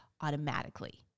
automatically